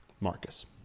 marcus